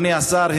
אדוני השר,